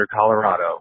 Colorado